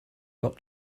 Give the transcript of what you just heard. got